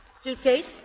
Suitcase